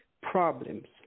problems